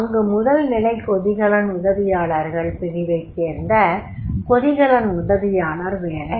அங்கு முதல் நிலை கொதிகலன் உதவியாளர்கள் பிரிவைச் சேர்ந்த கொதிகலன் உதவியாளர் வேலை